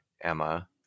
Emma